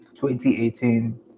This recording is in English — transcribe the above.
2018